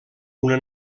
una